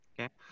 Okay